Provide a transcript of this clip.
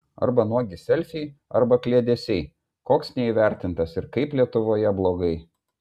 arba nuogi selfiai arba kliedesiai koks neįvertintas ir kaip lietuvoje blogai